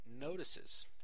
notices